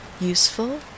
useful